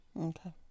Okay